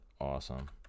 awesome